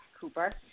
Cooper